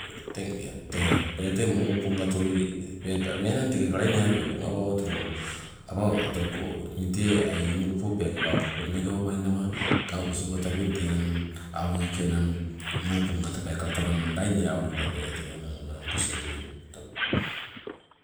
Teng tee teng mokoponga otoloi peekala meelang tekeka lainiape opong awa owatung, awa otoloko ai inulupo peekaba okopo inne gawabai nawa gaunisigo tabeng, tee enang awogake enang mokoponga tee peekala tabananig lainiawalupe anasuku alio.